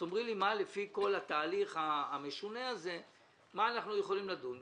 - במה לפי כל התהליך המשונה הזה אנחנו יכולים לדון,